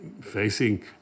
facing